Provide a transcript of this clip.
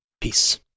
Peace